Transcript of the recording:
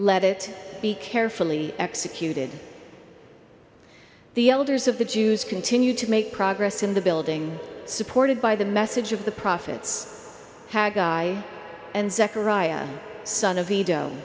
let it be carefully executed the elders of the jews continue to make progress in the building supported by the message of the prophets had guy and zechariah son of